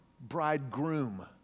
bridegroom